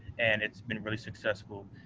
and it's been really successful.